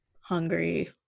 hungry